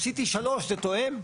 עשיתי 2, זה תואם.